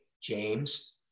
James